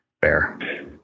Fair